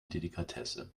delikatesse